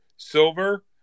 silver